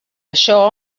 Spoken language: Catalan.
això